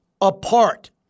apart